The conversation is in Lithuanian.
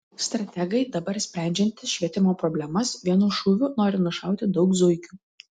strategai dabar sprendžiantys švietimo problemas vienu šūviu nori nušauti daug zuikių